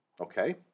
Okay